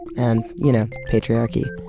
and, you know, patriarchy.